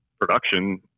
production